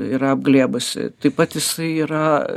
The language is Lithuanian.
yra apglėbusi taip pat jisai yra